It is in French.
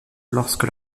lorsque